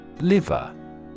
Liver